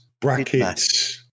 brackets